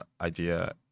idea